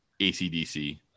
ACDC